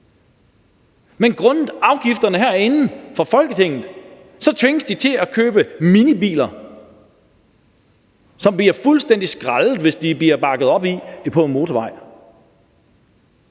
Men grundet afgifterne herinde fra Folketinget tvinges de til at købe minibiler, som bliver fuldstændig skrællet, hvis de bliver bakket op i på en motorvej.